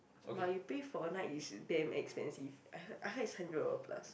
but you pay for a night is damn expensive I heard I heard is hundred over plus